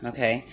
Okay